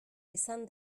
izan